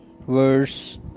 verse